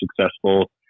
successful